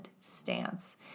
stance